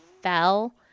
fell